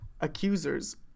accusers